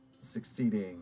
succeeding